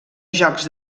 joc